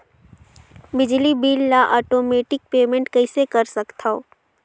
बिजली बिल ल automatic payment कइसे कर सकथव?